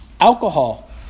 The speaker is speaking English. alcohol